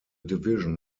division